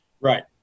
right